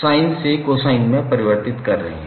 sign से cosine में परिवर्तित कर रहे हैं